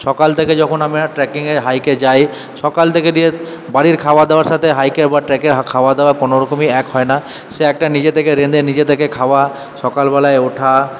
সকাল থেকে যখন আমরা ট্রেকিংয়ে হাইকে যাই সকাল থেকে বাড়ির খাওয়াদাওয়ার সাথে হাইকের বা ট্রেকের খাওয়াদাওয়া কোনোরকমই এক হয় না সে একটা নিজে থেকে রেঁধে নিজে থেকে খাওয়া সকালবেলায় ওঠা